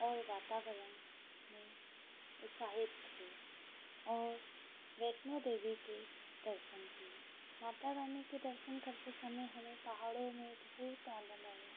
और वातावरण में उसाहित थे और वैष्णो देवी के दर्शन किए माता रानी के दर्शन करते समय हमें पहाड़ों में बहुत आनंद आया